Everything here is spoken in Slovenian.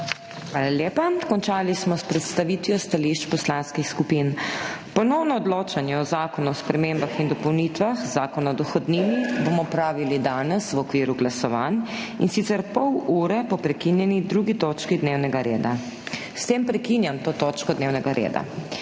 Hvala lepa. Končali smo s predstavitvijo stališč poslanskih skupin. Ponovno odločanje o Zakonu o spremembah in dopolnitvah Zakona o dohodnini bomo opravili danes v okviru glasovanj, in sicer pol ure po prekinjeni 2. točki dnevnega reda. S tem prekinjam to točko dnevnega reda.